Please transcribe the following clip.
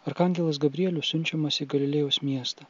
arkangelas gabrielius siunčiamas į galilėjos miestą